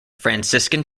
franciscan